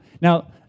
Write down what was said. Now